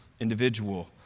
individual